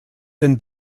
den